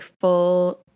full